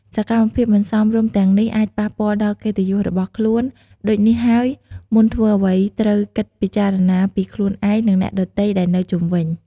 សកម្មភាពមិនសមរម្យទាំងនេះអាចប៉ះពាល់ដល់កិត្តិយសរបស់ខ្លួន ដូចនេះហើយមុនធ្វើអ្វីត្រូវគិតពិចារណា ពីខ្លួនឯង និងអ្នកដទៃដែលនៅជុំវិញ។។